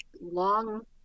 long